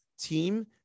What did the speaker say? team